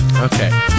Okay